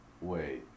wait